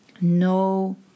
no